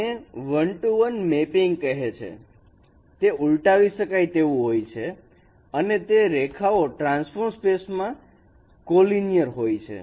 તેને 1 to 1 map mapping કહે છે જે ઉલટાવી શકાય તેવું હોય છે અને તે રેખાઓ ટ્રાન્સફોર્મ સ્પેસ માં કોલીનિયર હોય છે